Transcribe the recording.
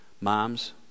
Moms